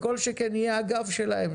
וכל שכן יהיה הגב שלהן,